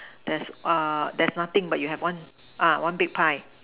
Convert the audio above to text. there's uh there's nothing but you have one ah one big pie